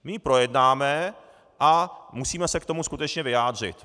My ji projednáme a musíme se k tomu skutečně vyjádřit.